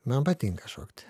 man patinka šokti